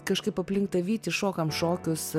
kažkaip aplink tą vytį šokam šokius